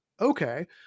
Okay